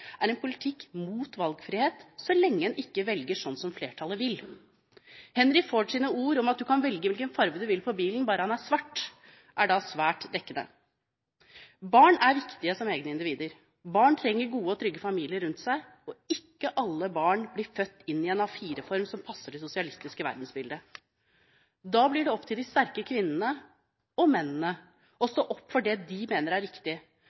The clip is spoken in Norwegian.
er en politikk mot valgfrihet – så lenge man ikke velger sånn som flertallet vil. Henry Fords ord om at du kan velge hvilken farge du vil på bilen, bare den er svart, er svært dekkende. Barn er viktige som egne individer, barn trenger gode og trygge familier rundt seg, og ikke alle barn blir født inn i en A4-form som passer det sosialistiske verdensbildet. Da blir det opp til de sterke kvinnene – og mennene – å stå opp for det de mener er riktig,